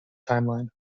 timeline